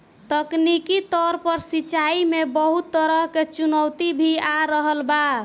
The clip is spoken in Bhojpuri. तकनीकी तौर पर सिंचाई में बहुत तरह के चुनौती भी आ रहल बा